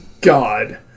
God